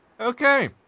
okay